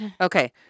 okay